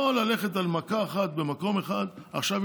לא ללכת על מכה אחת במקום אחד: עכשיו,